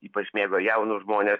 ypač mėgo jaunus žmones